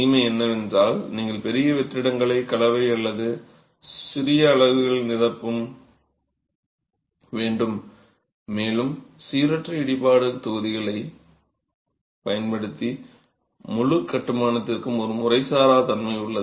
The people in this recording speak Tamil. தீமை என்னவென்றால் நீங்கள் பெரிய வெற்றிடங்களை கலவை அல்லது சிறிய அலகுகளால் நிரப்ப வேண்டும் மேலும் சீரற்ற இடிபாடு தொகுதிகளைப் பயன்படுத்தி முழு கட்டுமானத்திற்கும் ஒரு முறைசாரா தன்மை உள்ளது